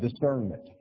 discernment